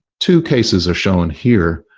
two cases are shown here.